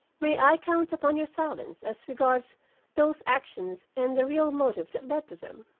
may i count upon your silence as regards those actions and the real motive that led to them?